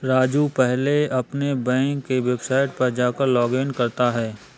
राजू पहले अपने बैंक के वेबसाइट पर जाकर लॉगइन करता है